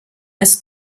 ist